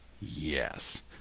Yes